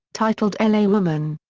titled l a. woman.